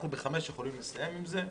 אנחנו יכולים לסיים עם זה בחמש,